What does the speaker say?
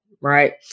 Right